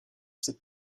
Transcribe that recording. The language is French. ses